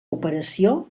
operació